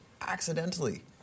accidentally